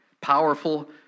Powerful